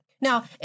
Now